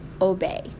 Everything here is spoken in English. obey